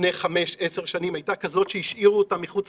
לפני חמש ועשר שנים הייתה כזאת שהשאירו אותם מחוץ